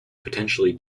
potentially